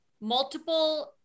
Multiple